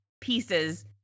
pieces